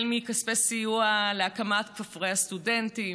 כספי סיוע להקמת כפרי הסטודנטים,